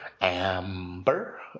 Amber